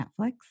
Netflix